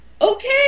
okay